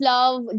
Love